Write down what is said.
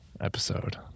episode